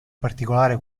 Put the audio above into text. particolare